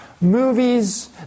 movies